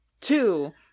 two